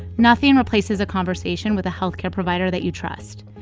nothing replaces a conversation with a health care provider that you trust.